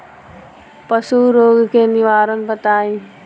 पशु रोग के निवारण बताई?